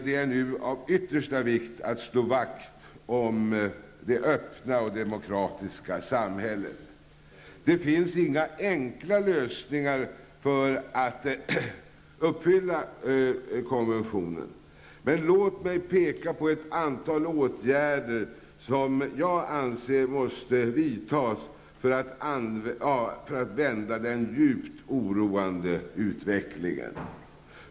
Det är nu av yttersta vikt att slå vakt om det öppna och demokratiska samhället. Det finns inga enkla lösningar för att uppfylla konventionen, men låt mig peka på ett antal åtgärder som jag anser måste vidtas för att vända den djupt oroande utvecklingen.